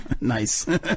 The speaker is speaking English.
nice